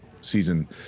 season